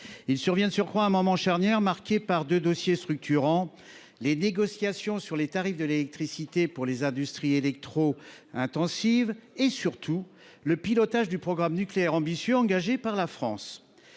Il survient de surcroît à un moment charnière, marqué par deux dossiers structurants : les négociations sur les tarifs de l’électricité pour les industries électro intensives et, surtout, le pilotage du programme nucléaire ambitieux engagé par la France.